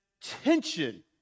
tension